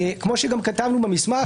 כמו שגם כתבנו במסמך,